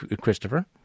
Christopher